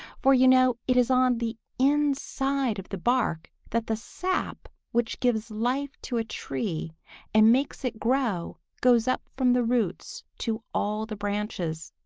for you know it is on the inside of the bark that the sap which gives life to a tree and makes it grow goes up from the roots to all the branches.